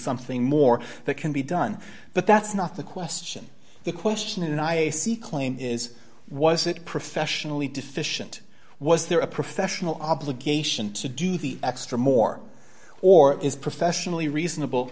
something more that can be done but that's not the question the question i see claim is was it professionally deficient was there a professional obligation to do the extra more or is professionally reasonable